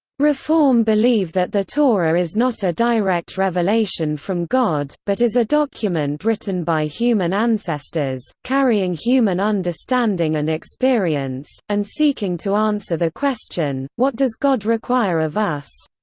reform believe that the torah is not a direct revelation from god, but is a document written by human ancestors, carrying human understanding and experience, and seeking to answer the question what does god require of us.